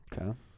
Okay